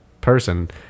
person